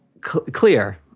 clear